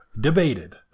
debated